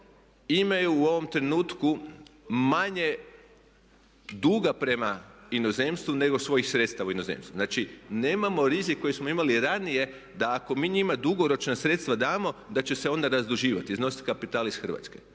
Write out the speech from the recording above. imaju u ovom trenutku manje duga prema inozemstvu nego svojih sredstava u inozemstvu. Znači, nemamo rizik koji smo imali ranije da ako mi njima dugoročna sredstva damo da će se onda razduživati, iznositi kapital iz Hrvatske.